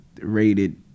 rated